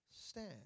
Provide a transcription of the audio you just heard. Stand